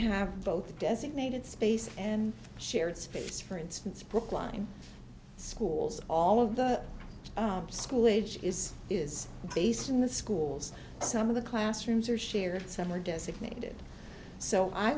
have both designated space and shared space for instance brookline schools all of the school age is is based in the schools some of the classrooms are shared some are designated so i